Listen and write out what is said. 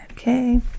Okay